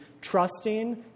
trusting